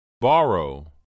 Borrow